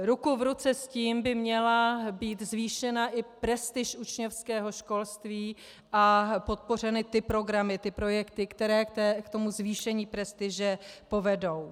Ruku v ruce s tím by měla být zvýšena i prestiž učňovského školství a podpořeny ty programy, ty projekty, které ke zvýšení prestiže povedou.